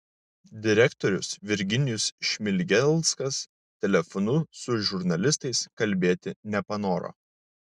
direktorius virginijus šmigelskas telefonu su žurnalistais kalbėti nepanoro